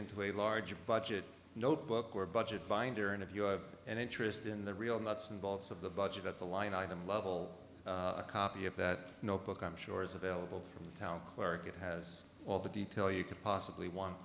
into a larger budget notebook or a budget binder and if you have an interest in the real nuts and bolts of the budget at the line item level a copy of that notebook i'm sure is available from the town clerk it has all the detail you could possibly